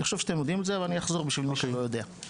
אני חושב שאתם יודעים את זה אבל אני אחזור למי שלא יודע.